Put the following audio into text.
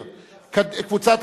36,